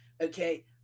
okay